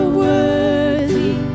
worthy